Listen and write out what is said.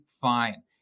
fine